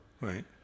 Right